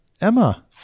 Emma